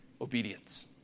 Obedience